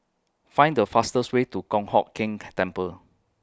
Find The fastest Way to Kong Hock Keng Temple